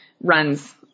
runs